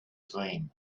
dream